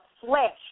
flesh